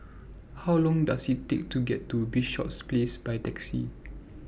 How Long Does IT Take to get to Bishops Place By Taxi